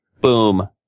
Boom